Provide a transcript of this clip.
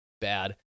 bad